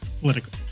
political